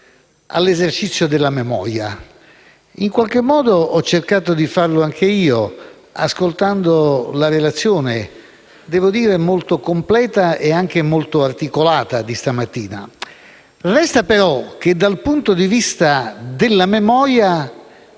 all'esercizio della memoria. In qualche modo ho cercato di farlo anche io, ascoltando la relazione molto completa e articolata di stamattina. Resta però che, dal punto di vista della memoria,